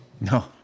No